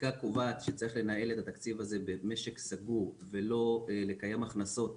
הפסיקה קובעת שצריך לנהל את התקציב הזה במשק סגור ולא לקיים הכנסות